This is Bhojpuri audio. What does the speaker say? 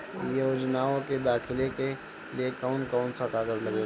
योजनाओ के दाखिले के लिए कौउन कौउन सा कागज लगेला?